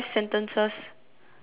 can lah